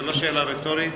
זו לא שאלה רטורית.